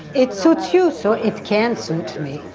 it suits you so it can't suit me.